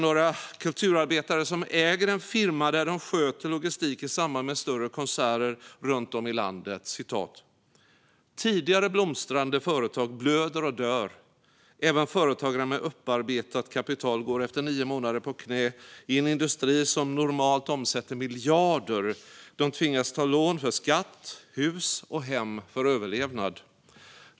Några kulturarbetare som äger en firma och som sköter logistik i samband med större konserter runt om i landet beskriver det så här: "Tidigare blomstrande företag blöder och dör. Även företagare med upparbetat kapital går efter nio månader på knä i en industri som normalt omsätter miljarder. De tvingas ta lån för skatt, hus och hem för överlevnad.